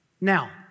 Now